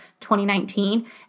2019